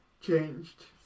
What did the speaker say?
changed